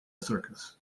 circus